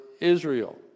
Israel